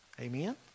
Amen